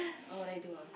oh what would I do ah